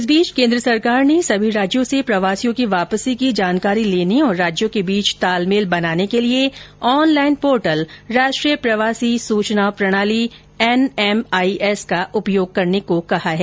इस बीच केन्द्र सरकार ने सभी राज्यों से प्रवासियों की वापसी की जानकारी लेने और राज्यों के बीच तालमेल बनाने के लिए ऑनलाईन पोर्टल राष्ट्रीय प्रवासी सूचना प्रणाली एनएमआईएस का उपयोग करने को कहा है